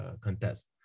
contest